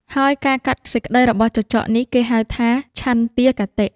ហើយការកាត់សេចក្តីរបស់ចចកនេះ គេហៅថា ឆន្ទាគតិ។